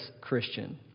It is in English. Christian